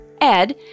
Ed